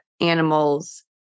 animals